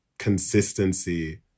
consistency